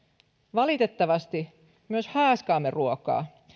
valitettavasti myös haaskaamme ruokaa